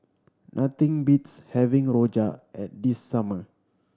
nothing beats having rojak at the summer